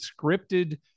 scripted